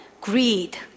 greed